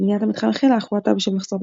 בניית המתחם החלה אך הואטה בשל מחסור בתקציב.